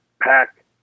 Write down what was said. pack